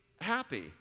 happy